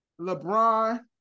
LeBron